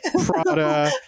prada